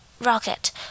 rocket